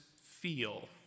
feel